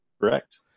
Correct